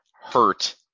hurt